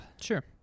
Sure